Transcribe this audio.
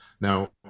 Now